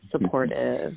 supportive